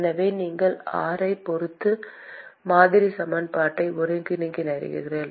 எனவே நீங்கள் r ஐப் பொறுத்து மாதிரி சமன்பாட்டை ஒருங்கிணைக்கிறீர்கள்